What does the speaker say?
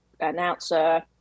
announcer